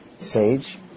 sage